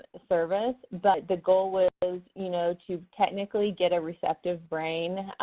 ah service. but the goal was, you know, to technically get a receptive brain.